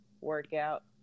workout